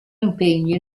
impegni